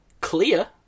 clear